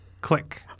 Click